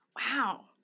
Wow